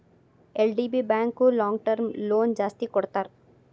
LDB bank long term loan ಜಾಸ್ತಿ ಕೊಡ್ತಾರ